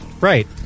Right